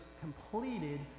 completed